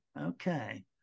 Okay